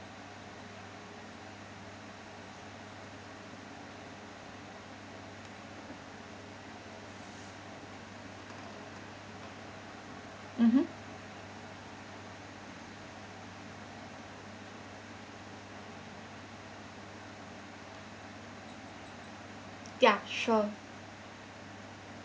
mmhmm ya sure